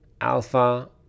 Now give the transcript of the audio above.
alpha